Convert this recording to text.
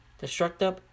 Destructive